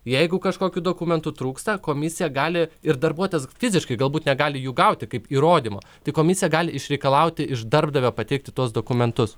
jeigu kažkokių dokumentų trūksta komisija gali ir darbuotojas fiziškai galbūt negali jų gauti kaip įrodymo tai komisija gali išreikalauti iš darbdavio pateikti tuos dokumentus